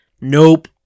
nope